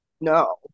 no